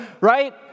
right